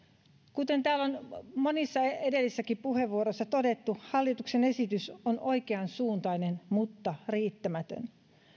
kuten täällä on monissa edellisissäkin puheenvuoroissa todettu hallituksen esitys on oikeansuuntainen mutta riittämätön